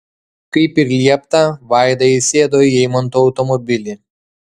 kaip ir liepta vaida įsėdo į eimanto automobilį